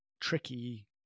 tricky